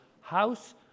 house